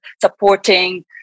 supporting